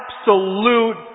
absolute